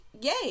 Yay